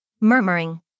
Murmuring